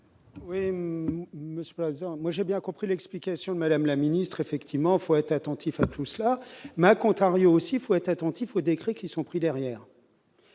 Oui, monsieur, moi j'ai bien compris l'explication de Madame la Ministre, effectivement, faut être attentif à tout cela mais, a contrario, s'il faut être attentif au décret qui sont pris derrière.